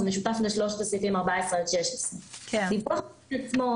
זה משותף לשלושת הסעיפים 14 עד 16. דיווח בפני עצמו